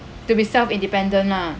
to be self independent lah